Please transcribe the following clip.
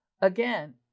again